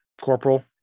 corporal